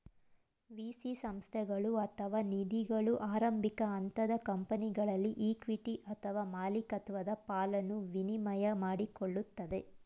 VC ಸಂಸ್ಥೆಗಳು ಅಥವಾ ನಿಧಿಗಳು ಆರಂಭಿಕ ಹಂತದ ಕಂಪನಿಗಳಲ್ಲಿ ಇಕ್ವಿಟಿ ಅಥವಾ ಮಾಲಿಕತ್ವದ ಪಾಲನ್ನ ವಿನಿಮಯ ಮಾಡಿಕೊಳ್ಳುತ್ತದೆ